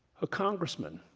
a congressman.